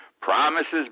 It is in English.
Promises